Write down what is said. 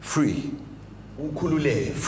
Free